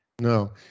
No